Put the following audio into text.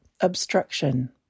obstruction